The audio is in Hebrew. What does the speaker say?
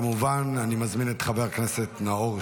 כמובן, אני מזמין את חבר הכנסת נאור שירי.